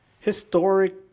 historic